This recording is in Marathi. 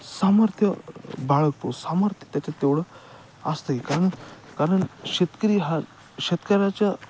सामर्थ्य बाळगतो सामर्थ्य त्याचं तेवढं असतंही कारण कारण शेतकरी हा शेतकऱ्याच्या